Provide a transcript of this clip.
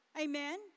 amen